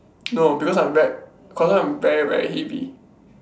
no because I'm fat cause I'm very very heavy